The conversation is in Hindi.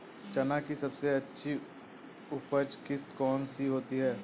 चना की सबसे अच्छी उपज किश्त कौन सी होती है?